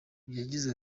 yagize